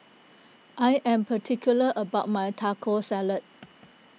I am particular about my Taco Salad